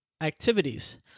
activities